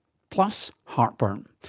plus, heartburn.